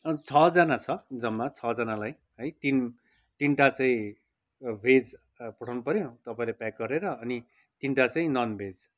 छःजना छ जम्मा छःजनालाई है तिन तिनवटा चाहिँ भेज पठाउनु पर्यो तपाईँले प्याक गरेर अनि तिनवटा चाहिँ ननभेज